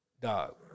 dog